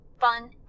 fun